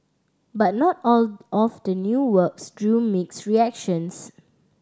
but not all all of the new works drew mixed reactions